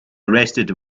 arrested